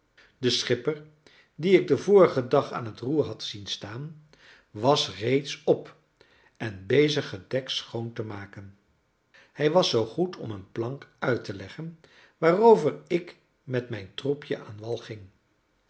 de schipper dien ik den vorigen dag aan het roer had zien staan was reeds op en bezig het dek schoon te maken hij was zoo goed om een plank uit te leggen waarover ik met mijn troepje aan wal ging